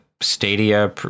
Stadia